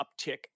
uptick